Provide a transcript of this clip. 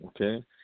Okay